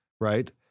right